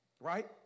right